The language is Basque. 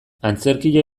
antzerkia